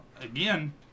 again